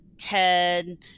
Ted